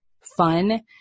fun